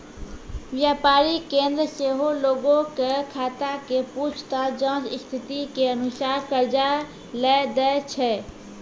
व्यापारिक केन्द्र सेहो लोगो के खाता के पूछताछ जांच स्थिति के अनुसार कर्जा लै दै छै